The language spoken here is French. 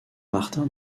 martin